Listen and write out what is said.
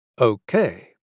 Okay